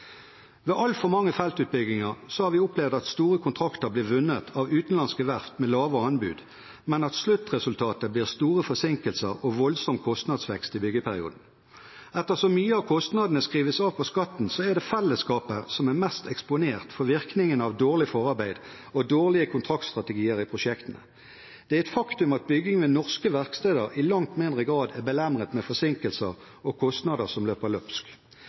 Ved altfor mange feltutbygginger har vi opplevd at store kontrakter blir vunnet av utenlandske verft med lave anbud, men at sluttresultatet blir store forsinkelser og voldsom kostnadsvekst i byggeperioden. Ettersom mye av kostnadene skrives av på skatten, er det fellesskapet som er mest eksponert for virkningen av dårlig forarbeid og dårlige kontraktstrategier i prosjektene. Det er et faktum at bygging ved norske verksteder i langt mindre grad er belemret med forsinkelser og kostnader som løper løpsk.